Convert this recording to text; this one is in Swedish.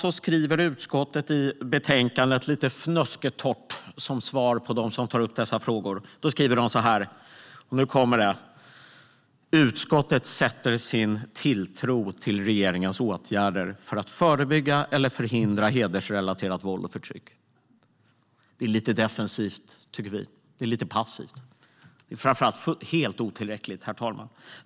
Utskottet skriver i betänkandet, lite fnösktorrt, som svar till dem som tar upp dessa frågor, och nu kommer det, att man "sätter sin tilltro till regeringens åtgärder för att förebygga eller förhindra hedersrelaterat våld och förtryck". Det är lite defensivt, tycker vi. Det är lite passivt. Det är framför allt helt otillräckligt, herr talman.